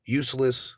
useless